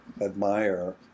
admire